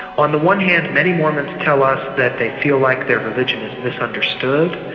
on the one hand, many mormons tell us that they feel like their religion is misunderstood,